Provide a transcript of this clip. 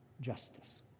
justice